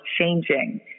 changing